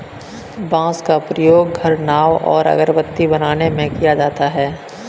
बांस का प्रयोग घर, नाव और अगरबत्ती बनाने में किया जाता है